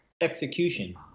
execution